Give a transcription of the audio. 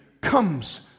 comes